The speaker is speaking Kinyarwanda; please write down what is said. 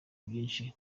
byinshi